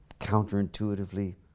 counterintuitively